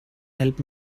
help